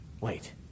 Wait